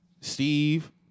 Steve